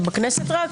רק בכנסת?